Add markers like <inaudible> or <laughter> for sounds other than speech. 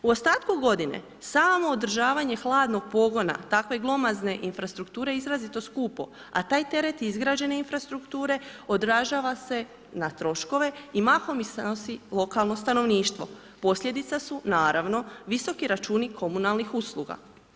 U ostatku godine, samo održavanje hladnog pogona takve glomazne infrastrukture izrazito je skupo a taj teret izgrađene infrastrukture održava se na troškove i mahom ih … <unintelligible> lokalno stanovništvo, posljedica su naravno, visoki računi komunalnih usluga.